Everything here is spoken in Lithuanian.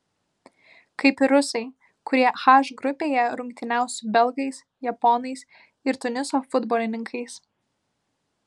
kaip ir rusai kurie h grupėje rungtyniaus su belgais japonais ir tuniso futbolininkais